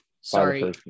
sorry